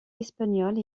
espagnole